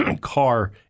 car